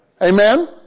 Amen